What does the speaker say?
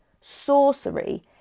sorcery